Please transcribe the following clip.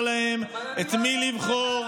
לא אתה תאמר להם את מי לבחור,